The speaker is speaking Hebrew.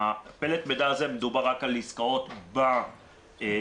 בפלט המידע הזה מדובר רק על עסקאות --- העסקאות